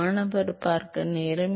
மாணவர் ஆம்